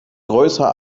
größer